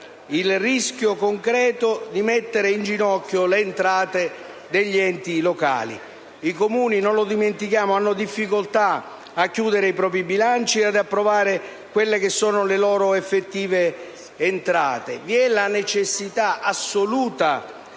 al rischio concreto di mettere in ginocchio le entrate degli enti locali. I Comuni, non lo dimentichiamo, hanno difficoltà a chiudere i propri bilanci e ad approvare le loro effettive entrate. Vi è la necessità assoluta